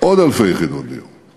עוד אלפי יחידות דיור.